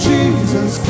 Jesus